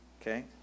okay